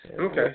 Okay